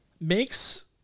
makes